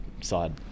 side